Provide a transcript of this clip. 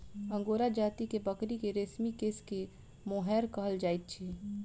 angora जाति के बकरी के रेशमी केश के मोहैर कहल जाइत अछि